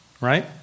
right